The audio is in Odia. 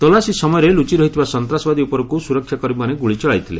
ତଲାସୀ ସମୟରେ ଲୁଚି ରହିଥିବା ସନ୍ତାସବାଦୀ ଉପରକୁ ସୁରକ୍ଷା କର୍ମୀମାନେ ଗୁଳି ଚଳାଇଥିଲେ